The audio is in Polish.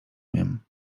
miem